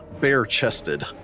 bare-chested